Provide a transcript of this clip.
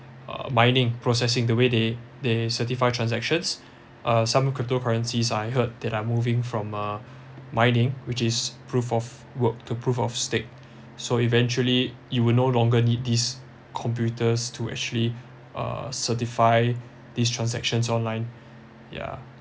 uh mining processing the way they they certify transactions uh some cryptocurrencies I heard that are moving from uh mining which is proof of work to prove of stake so eventually you will no longer need these computers to actually uh certify these transactions online yeah